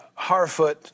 Harfoot